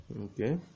Okay